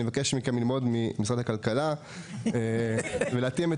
אני מבקש מכם ללמוד ממשרד הכלכלה ולהתאים את